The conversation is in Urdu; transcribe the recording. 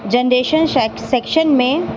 جنریشن سیکشن میں